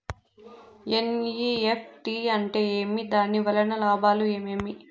NEFT అంటే ఏమి? దాని వలన లాభాలు ఏమేమి